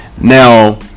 now